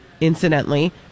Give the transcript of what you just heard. incidentally